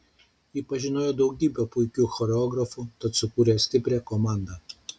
ji pažinojo daugybę puikių choreografų tad subūrė stiprią komandą